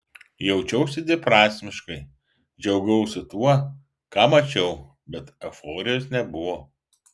jaučiausi dviprasmiškai džiaugiausi tuo ką mačiau bet euforijos nebuvo